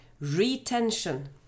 retention